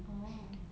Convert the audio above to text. oh